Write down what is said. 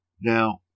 Now